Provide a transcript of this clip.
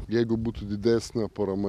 jeigu būtų didesnė parama